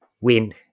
win